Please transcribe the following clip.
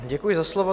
Děkuji za slovo.